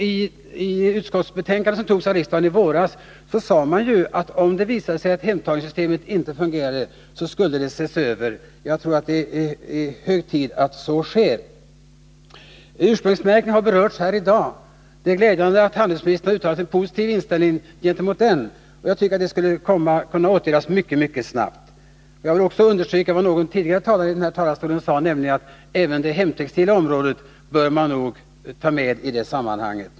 I det utskottsbetänkande som godkändes av riksdagen i våras sade man att om det visade sig att hemtagningssystemet inte fungerade skulle det ses över. Jag tror att det är hög tid att så sker. Ursprungsmärkningen har berörts här i dag. Det är glädjande att handelsministern redovisat en positiv inställning gentemot den. Här skulle åtgärder kunna vidtas mycket snabbt. Jag vill också understryka vad någon tidigare talare sade, att även det hemtextila området bör tas med i detta sammanhang.